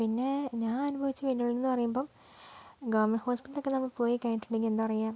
പിന്നെ ഞാൻ അനുഭവിച്ച വെല്ലുവിളി എന്ന് പറയുമ്പം ഗവൺമെൻറ് ഹോസ്പിറ്റലിലൊക്കെ നമ്മൾ പോയി കഴിഞ്ഞിട്ടുണ്ടെങ്കിൽ എന്താ പറയുക